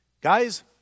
Guys